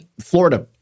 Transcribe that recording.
Florida